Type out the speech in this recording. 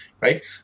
right